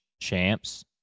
champs